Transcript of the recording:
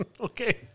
Okay